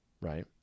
right